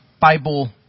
Bible